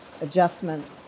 adjustment